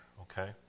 okay